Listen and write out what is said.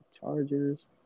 Chargers